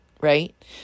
right